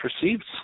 perceived